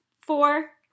Four